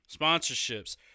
Sponsorships